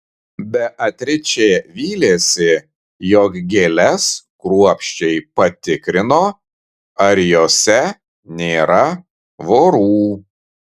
beatričė vylėsi jog gėles kruopščiai patikrino ar jose nėra vorų